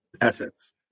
assets